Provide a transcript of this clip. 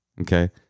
Okay